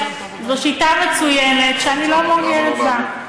זו שיטה מצוינת שאני לא מעוניינת בה.